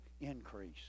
increase